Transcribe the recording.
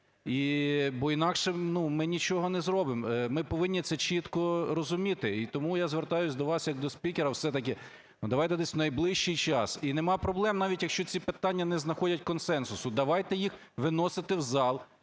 Бо інакше ми нічого не зробимо. Ми повинні це чітко розуміти. І тому я звертаюсь до вас як до спікера все-таки, ну, давайте десь в найближчий час… і нема проблем, навіть якщо ці питання не знаходять консенсусу. Давайте їх виносити в зал